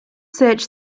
search